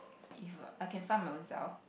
if I can find my ownself